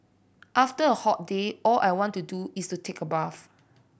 after a hot day all I want to do is to take a bath